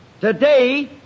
today